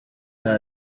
nta